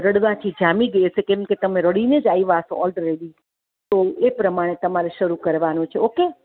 રડવાથી જામી ગઈ હશે કેમ કે તમે રડીને જ આવ્યા હશો ઓલરેડી તો એ પ્રમાણે તમારે શરૂ કરવાનું છે ઓકે